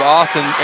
Austin